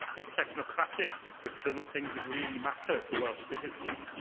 a technocratic description of things that really matter to welsh citizens,